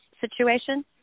situation